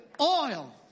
oil